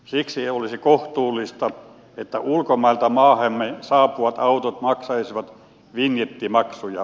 siksi olisi kohtuullista että ulkomailta maahamme saapuvat autot maksaisivat vinjettimaksuja